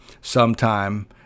sometime